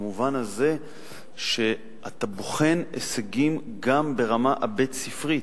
במובן הזה שאתה בוחן הישגים גם ברמה הבית-ספרית,